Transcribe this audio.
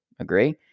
agree